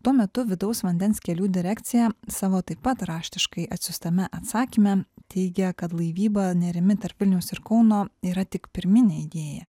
tuo metu vidaus vandens kelių direkcija savo taip pat raštiškai atsiųstame atsakyme teigia kad laivyba nerimi tarp vilniaus ir kauno yra tik pirminė idėja